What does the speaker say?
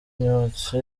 imyotsi